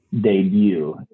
debut